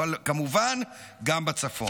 כמובן גם בצפון.